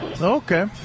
Okay